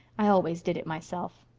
i always did it myself.